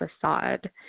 facade